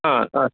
ह ह